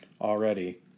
already